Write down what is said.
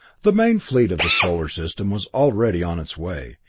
the main fleet of the solar system was already on its way,